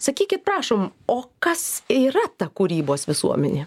sakykit prašom o kas yra ta kūrybos visuomenė